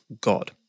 God